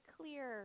clear